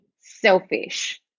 selfish